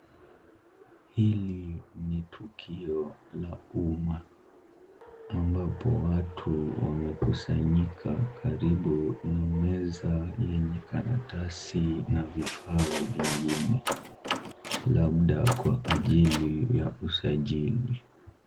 Hili ni tukio la uma, ambapo watu wamekusanyika karibu na meza yenye karatasi na vifaa vingine, labda kwa ajili ya kusajili.